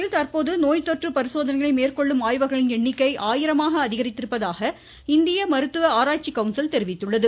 நாட்டில் தற்போது நோய் தொற்று பரிசோதனைகளை மேற்கொள்ளும் ஆய்வகங்களின் எண்ணிக்கை ஆயிரமாக அதிகரித்திருப்பதாக இந்திய மருத்துவ ஆராய்ச்சி கவுன்சில் தெரிவித்துள்ளது